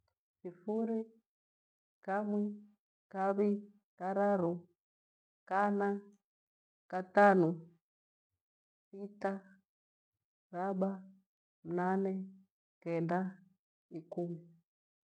Thifuri, kamwi, kavi, karari, kana, katanu, thita, thaba, mnane, kenda, ikumi.